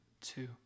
two